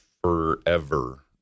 forever